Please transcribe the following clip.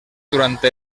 durante